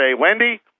Wendy